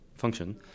Function